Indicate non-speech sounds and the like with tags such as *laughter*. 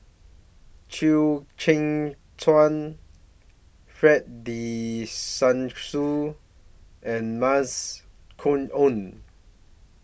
Chew Kheng Chuan Fred De *unintelligible* and Mavis Khoo Oei